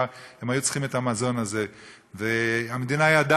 הם היו צריכים את המזון הזה.